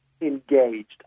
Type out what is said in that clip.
engaged